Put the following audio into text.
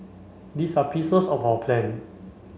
these are pieces of our plan